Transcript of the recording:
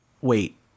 wait